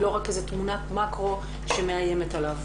ולא רק איזה תמונת מקרו שמאיימת עליו.